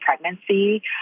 pregnancy